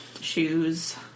Shoes